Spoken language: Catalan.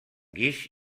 guix